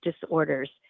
disorders